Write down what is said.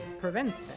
prevents